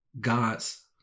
God's